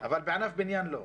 אבל בענף הבנייה לא.